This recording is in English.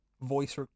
voice